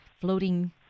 floating